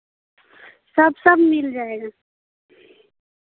सब सब मिल जाएगा